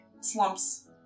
slumps